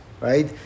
right